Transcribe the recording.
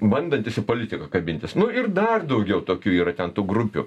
bandantis į politiką kabintis nu ir dar daugiau tokių yra ten tų grupių